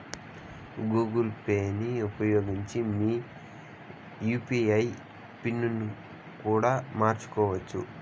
Google పేని ఉపయోగించి మీరు మీ యూ.పీ.ఐ పిన్ ని కూడా మార్చుకోవచ్చు